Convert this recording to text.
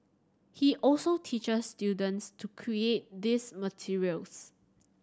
he also teaches students to create these materials